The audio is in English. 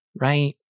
right